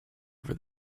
over